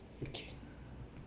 okay